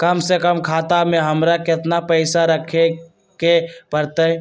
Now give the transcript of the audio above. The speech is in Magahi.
कम से कम खाता में हमरा कितना पैसा रखे के परतई?